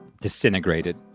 disintegrated